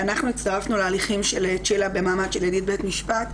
אנחנו הצטרפנו להליכים של צ'ילה במעמד של "ידיד בית משפט",